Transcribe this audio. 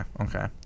okay